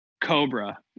Cobra